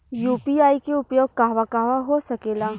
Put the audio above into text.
UPI के उपयोग कहवा कहवा हो सकेला?